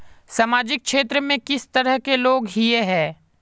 सामाजिक क्षेत्र में किस तरह के लोग हिये है?